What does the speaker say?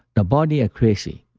the body are crazy,